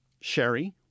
Sherry